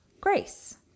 grace